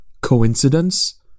Coincidence